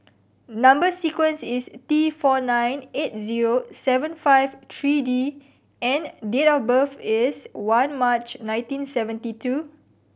number sequence is T four nine eight zero seven five three D and date of birth is one March nineteen seventy two